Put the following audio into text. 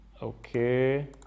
Okay